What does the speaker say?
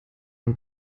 man